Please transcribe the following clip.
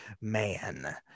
man